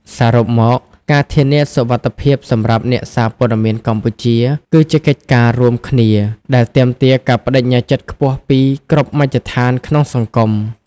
សរុបមក ការធានាសុវត្ថិភាពសម្រាប់អ្នកសារព័ត៌មានកម្ពុជា គឺជាកិច្ចការរួមគ្នាដែលទាមទារការប្តេជ្ញាចិត្តខ្ពស់ពីគ្រប់មជ្ឈដ្ឋានក្នុងសង្គម។